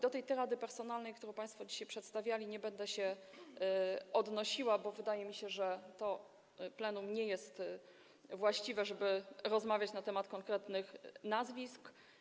Do tej tyrady personalnej, którą państwo dzisiaj wygłaszali, nie będę się odnosiła, bo wydaje mi się, że to plenum nie jest właściwe, żeby rozmawiać na temat konkretnych nazwisk.